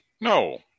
no